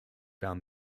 found